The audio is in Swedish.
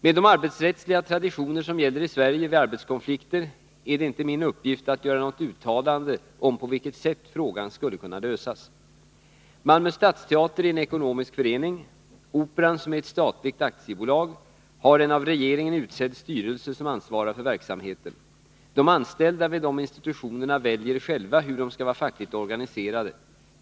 Med de arbetsrättsliga traditioner som gäller i Sverige vid arbetskonflikter är det inte min uppgift att göra något uttalande om på vilket sätt frågan skulle kunna lösas. Malmö stadsteater är en ekonomisk förening. Operan, som är ett statligt akiebolag, har en av regeringen utsedd styrelse, som ansvarar för verksamheten. De anställda vid dessa institutioner väljer själva hur de skall vara fackligt organiserade.